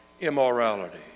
immorality